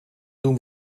doen